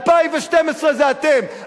2012 זה אתם.